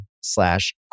slash